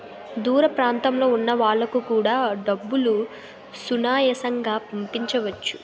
దూర ప్రాంతంలో ఉన్న వాళ్లకు కూడా డబ్బులు సునాయాసంగా పంపించవచ్చు